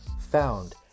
found